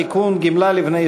אתה מבקש כלכלה.